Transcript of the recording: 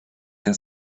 der